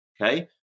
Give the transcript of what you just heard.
Okay